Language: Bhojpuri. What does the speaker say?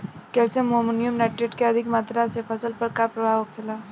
कैल्शियम अमोनियम नाइट्रेट के अधिक मात्रा से फसल पर का प्रभाव होखेला?